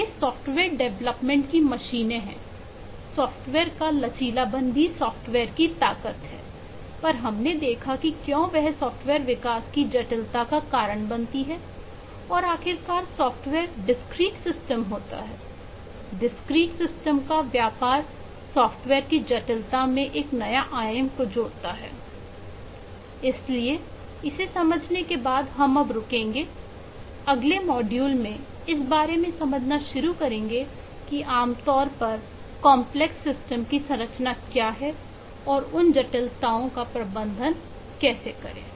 वे software development की मशीनें है सॉफ्टवेयर का लचीलापन भी सॉफ्टवेयर की ताकत है पर हमने देखा कि क्यों वह सॉफ्टवेयर विकास की जटिलता का कारण बनती है और आखिरकार सॉफ्टवेयर डिस्क्रीट सिस्टम की संरचना क्या है और उन जटिलताओं प्रबंधन कैसे करें